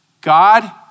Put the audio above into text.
God